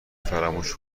فراموش